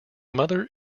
mother